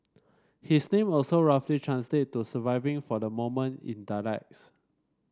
his name also roughly translate to surviving for the moment in dialects